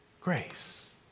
Grace